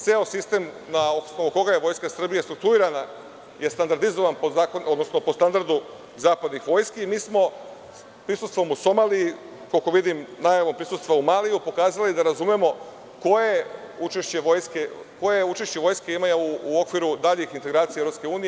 Ceo sistem na osnovu koga je Vojska Srbije struktuirana je standardizovan po standardu zapadnih vojski i mi smo prisustvom u Somaliji, koliko vidim i najavom prisustva u Maliju, pokazali da razumemo koje je učešće Vojske u okviru daljih integracija EU.